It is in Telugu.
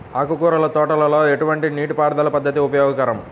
ఆకుకూరల తోటలలో ఎటువంటి నీటిపారుదల పద్దతి ఉపయోగకరం?